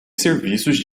serviços